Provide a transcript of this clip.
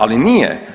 Ali nije.